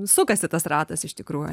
sukasi tas ratas iš tikrųjų